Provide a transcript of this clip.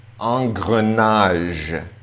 Engrenage